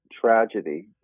tragedy